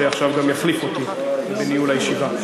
שעכשיו גם יחליף אותי בניהול הישיבה.